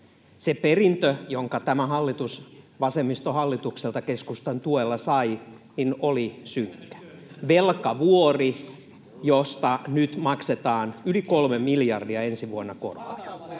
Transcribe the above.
Se perintö, jonka tämä hallitus vasemmistohallitukselta keskustan tuella sai, oli synkkä: velkavuori, josta nyt maksetaan yli kolme miljardia ensi vuonna korkoja.